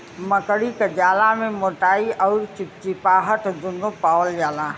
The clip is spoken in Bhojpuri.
मकड़ी क जाला में मोटाई अउर चिपचिपाहट दुन्नु पावल जाला